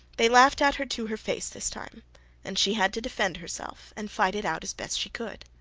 they laughed at her to her face this time and she had to defend herself and fight it out as best she could.